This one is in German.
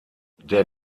der